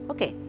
Okay